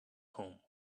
home